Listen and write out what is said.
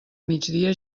migdia